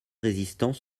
résistant